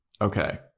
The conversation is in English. okay